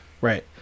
right